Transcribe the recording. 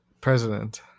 president